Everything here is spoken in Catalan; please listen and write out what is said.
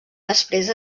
després